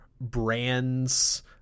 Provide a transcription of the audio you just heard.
brand's